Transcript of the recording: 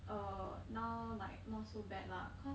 uh now like not so bad lah cause